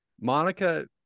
Monica